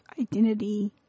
identity